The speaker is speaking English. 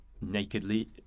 nakedly